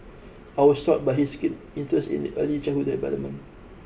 I was struck by his keen interest in the early childhood development